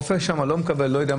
הרופא שם לא מקבל.